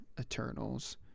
Eternals